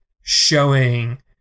showing